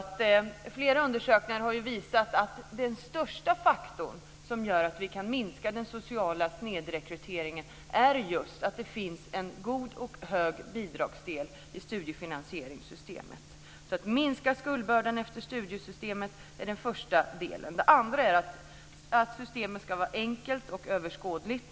Flera undersökningar har visat att den största faktorn som gör att vi kan minska den sociala snedrekryteringen är just att det finns en god och hög bidragsdel i studiefinansieringssystemet. Den första delen är alltså att minska skuldbördan efter studiemedelssystemet. Den andra är att systemet ska vara enkelt och överskådligt.